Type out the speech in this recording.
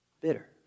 bitter